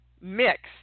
mixed